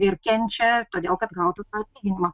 ir kenčia todėl kad gautų tą atlyginimą